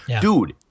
Dude